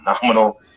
phenomenal